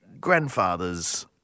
grandfathers